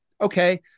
Okay